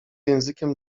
językiem